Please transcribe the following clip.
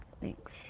Thanks